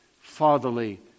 fatherly